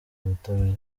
ubutabera